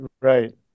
Right